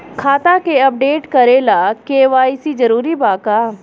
खाता के अपडेट करे ला के.वाइ.सी जरूरी बा का?